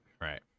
right